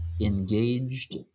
engaged